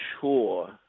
sure